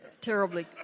terribly